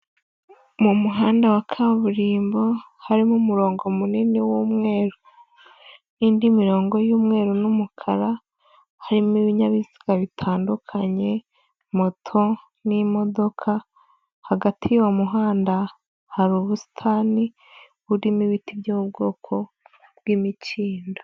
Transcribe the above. Mu muhanda wa kaburimbo, harimo umurongo munini w'umweru n'indi mirongo y'umweru n'umukara, harimo ibinyabiziga bitandukanye, moto n'imodoka, hagati y'uwo muhanda hari ubusitani burimo ibiti byo mu bwoko bw'imikindo.